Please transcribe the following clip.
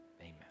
amen